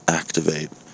activate